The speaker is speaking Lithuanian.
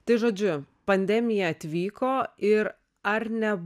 tai žodžiu pandemija atvyko ir ar ne